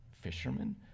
fishermen